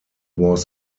was